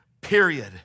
period